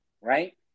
right